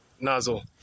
nozzle